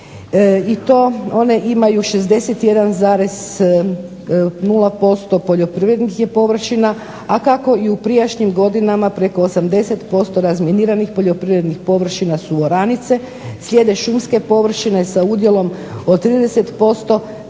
i to one imaju 61,0% poljoprivrednih je površina. A kako i u prijašnjim godinama preko 80% razminiranih poljoprivrednih poljoprivrednih površina su oranice slijede šumske površine sa udjelom od 30%,